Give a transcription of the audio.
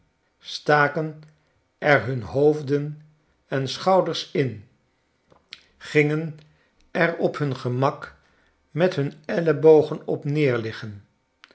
staken er hun hoofden en schouders in gingen er op hun gemak met hun ellebogen op neerliggen